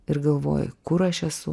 ir galvoji kur aš esu